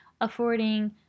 affording